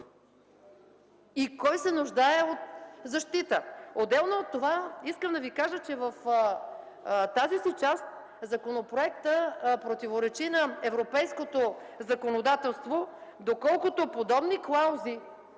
и кой се нуждае от защита?! Отделно от това, искам да кажа, че в тази си част законопроектът противоречи на европейското законодателство, доколкото подобни клаузи,